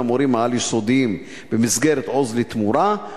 המורים העל-יסודיים במסגרת "עוז לתמורה",